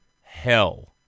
hell